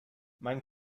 mein